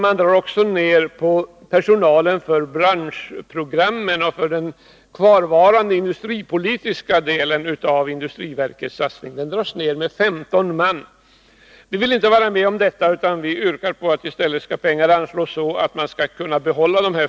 Man drar också ned personalstyrkan för branschprogrammen och för den kvarvarande industripolitiska delen av industriverkets satsning. Den dras ned med 15 man. Vi vill inte vara med om detta, utan vi yrkar i stället på att pengar skall anslås så att dessa 15 kan behållas.